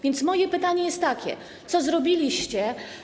Więc moje pytanie jest takie: Co zrobiliście?